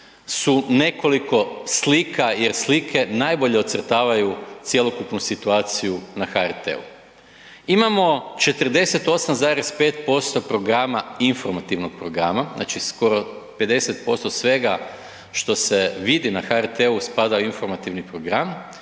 su nekoliko slika jer slike najbolje ocrtavaju cjelokupnu situaciju na HRT-u. Imamo 48,5% programa informativnog programa znači skoro 50% svega što se vidi na HRT-u spada u informativni program